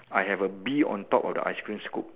I have a bee on top of the ice creams scoop